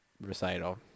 recital